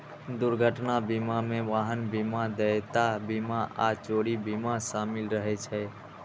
दुर्घटना बीमा मे वाहन बीमा, देयता बीमा आ चोरी बीमा शामिल रहै छै